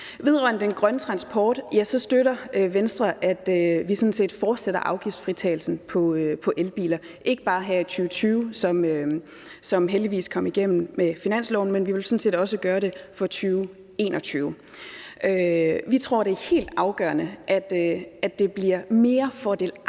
Vedrørende den grønne transport støtter Venstre, at vi sådan set fortsætter afgiftsfritagelsen på elbiler, ikke bare her i 2020, som heldigvis kom igennem med finansloven, men vi vil sådan set også gøre det for 2021. Vi tror, det er helt afgørende, at det bliver mere fordelagtigt